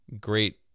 Great